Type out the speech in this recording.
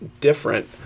different